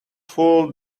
full